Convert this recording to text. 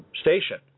station